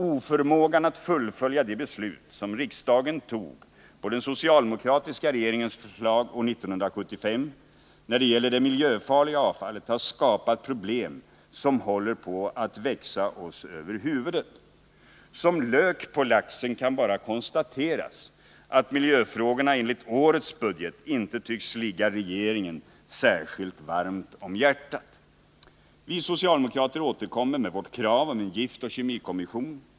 Oförmågan att fullfölja de beslut som riksdagen tog på den socialdemokratiska regeringens förslag år 1975 när det gäller det miljöfarliga avfallet har skapat problem som håller på att växa oss över huvudet. Som lök på laxen kan bara konstateras att miljöfrågorna enligt årets budget inte tycks ligga regeringen särskilt varmt om hjärtat. Vi socialdemokrater återkommer med vårt krav på en giftoch kemikommission.